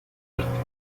artes